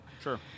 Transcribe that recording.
Sure